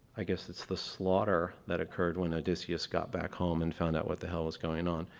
i guess it's the slaughter that occurred when a disc just got back home and found out what the hell was going on